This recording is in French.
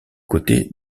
côtés